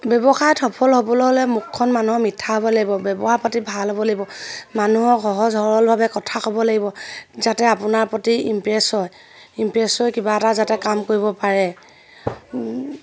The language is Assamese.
ব্যৱসায়ত সফল হ'বলৈ হ'লে মুখখন মানুহৰ মিঠা হ'ব লাগিব ব্যৱহাৰ পাতি ভাল হ'ব লাগিব মানুহক সহজ সৰলভাৱে কথা ক'ব লাগিব যাতে আপোনাৰ প্ৰতি ইমপ্ৰেছ হয় ইমপ্ৰেছ হৈ কিবা এটা যাতে কাম কৰিব পাৰে